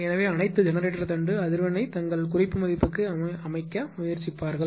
எனவே அனைத்து ஜெனரேட்டர் தண்டு அதிர்வெண்ணை தங்கள் குறிப்பு மதிப்புக்கு அமைக்க முயற்சிப்பார்கள்